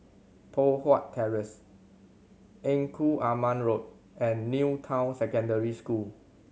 Poh Huat Terrace Engku Aman Road and New Town Secondary School